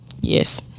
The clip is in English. yes